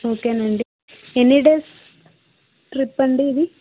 okay నండి ఎన్ని days trip అండి ఇది